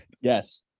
Yes